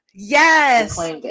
Yes